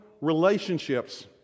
relationships